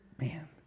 man